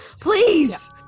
please